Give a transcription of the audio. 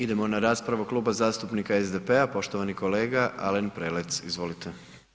Idemo na raspravu Kluba zastupnika SDP-a, poštovani kolega Alen Prelec, izvolite.